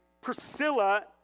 Priscilla